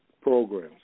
programs